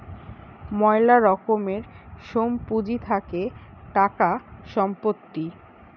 ময়লা রকমের সোম পুঁজি থাকে টাকা, সম্পত্তি